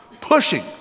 pushing